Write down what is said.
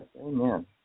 Amen